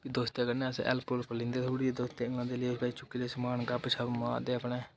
दोस्तें कन्नै अस हैल्प हुल्प लैंदे थोह्ड़ी मतलब एह् भाई चुक्की लै समान गप्प शप्प मारदे अपनै